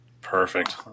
Perfect